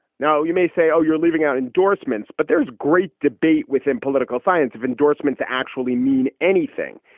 now, you may say, oh, you're leaving out endorsements, but there's great debate within political science of endorsements actually mean anything.